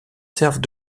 servent